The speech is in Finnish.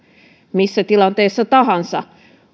missä tilanteessa tahansa